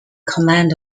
command